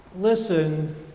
listen